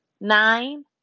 Nine